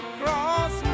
cross